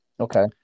Okay